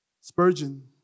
Spurgeon